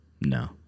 No